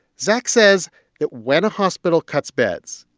zack says that when a hospital cuts beds,